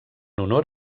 honor